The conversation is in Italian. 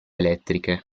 elettriche